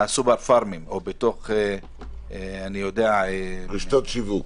הסופרפארם או בתוך -- רשתות שיווק.